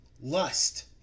lust